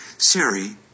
Siri